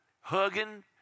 hugging